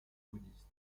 bouddhiste